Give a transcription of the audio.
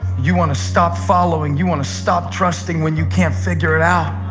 you want to stop following. you want to stop trusting when you can't figure it out,